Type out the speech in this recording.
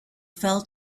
fell